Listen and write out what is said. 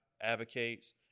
Advocates